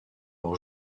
leur